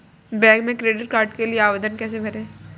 Bank में credit card के लिए आवेदन कैसे करें?